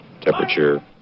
Temperature